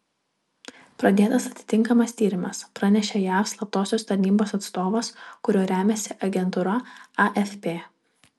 pradėtas atitinkamas tyrimas pranešė jav slaptosios tarnybos atstovas kuriuo remiasi agentūra afp